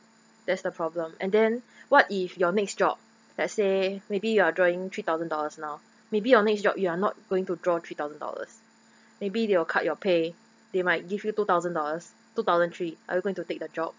that's the problem and then what if your next job let's say maybe you are drawing three thousand dollars now maybe your next job you are not going to draw three thousand dollars maybe they will cut your pay they might give you two thousand dollars two thousand three are you going to take that job